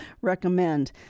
recommend